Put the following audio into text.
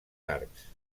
arcs